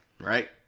right